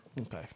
Okay